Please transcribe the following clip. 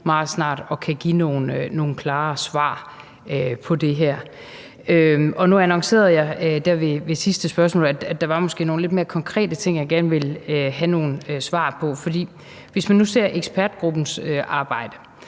at kunne give nogle klare svar på det her. Nu annoncerede jeg i forbindelse med det sidste spørgsmål, at der måske var nogle lidt mere konkrete ting, jeg gerne ville have nogle svar på, for hvis man nu ser på ekspertgruppens arbejde,